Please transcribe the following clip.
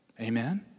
Amen